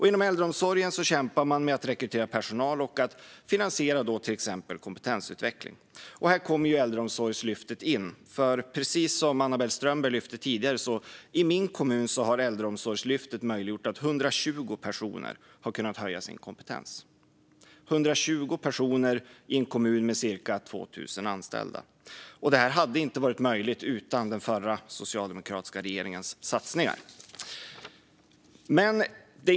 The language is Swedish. Inom äldreomsorgen kämpar man med att rekrytera personal och med att finansiera till exempel kompetensutveckling. Här kommer Äldreomsorgslyftet in. Precis som Anna-Belle Strömberg tidigare lyfte har Äldreomsorgslyftet i min kommun möjliggjort att 120 personer kunnat höja sin kompetens. 120 personer i en kommun med cirka 2 000 anställda - det hade inte varit möjligt utan den föregående socialdemokratiska regeringens satsningar.